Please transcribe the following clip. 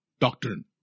doctrine